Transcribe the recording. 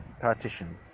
Partition